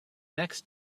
next